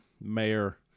mayor